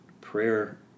prayer